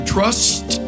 Trust